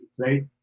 right